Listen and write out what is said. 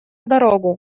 дорогу